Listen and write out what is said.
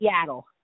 Seattle